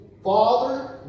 Father